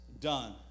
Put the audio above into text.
done